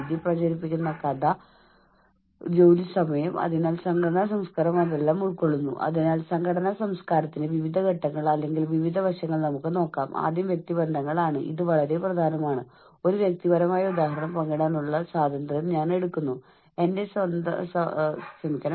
പക്ഷേ ആ പ്രോഗ്രാമുകൾ പരസ്യപ്പെടുത്താത്ത പക്ഷം നിങ്ങളുടെ സൂപ്പർവൈസർ പ്രോഗ്രാമിൽ പങ്കെടുക്കുന്നത് നിങ്ങൾക്ക് എത്രത്തോളം പ്രധാനമാണ് എന്ന് നിങ്ങളോട് പറയുന്നില്ലെങ്കിൽ അതിന്റെ പ്രാധാന്യം നിങ്ങൾക്ക് മനസ്സിലാകണമെന്നില്ല